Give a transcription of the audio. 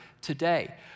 today